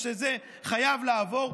ושזה חייב לעבור.